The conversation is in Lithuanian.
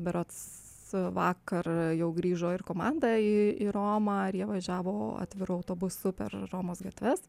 berods vakar jau grįžo ir komandą į romą ir jie važiavo atviru autobusu per romos gatves